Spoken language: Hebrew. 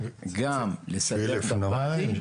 גם לסדר את הוואדי.